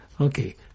Okay